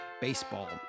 baseball